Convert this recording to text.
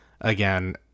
again